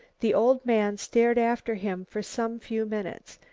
the old man stared after him for some few minutes,